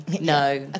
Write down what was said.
no